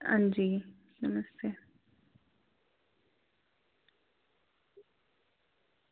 अंजी नमस्ते